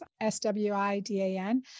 S-W-I-D-A-N